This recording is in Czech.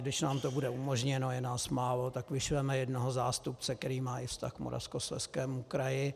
Když nám to bude umožněno, je nás málo, tak do komise vyšleme jednoho zástupce, který má i vztah k Moravskoslezskému kraji.